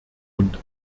und